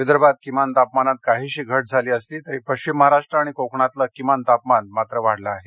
विदर्भात किमान तापमानात काहीशी घट झाली असली तरी पश्चिम महाराष्ट आणि कोकणातलं किमान तापमान मात्र वाढलं आहे